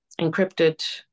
encrypted